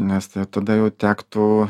nes tada jau tektų